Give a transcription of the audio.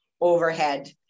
overhead